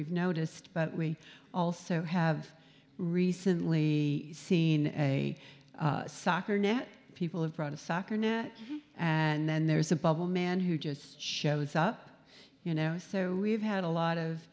you've noticed but we also have recently seen a soccer net people have brought a soccer now and then there's a bubble man who just shows up you know so we've had a lot of